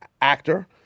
actor